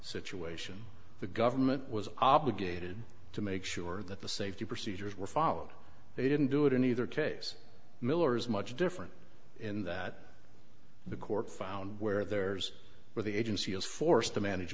situation the government was obligated to make sure that the safety procedures were followed they didn't do it in either case miller's much different in that the court found where there's where the agency is forced to manage